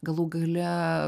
galų gale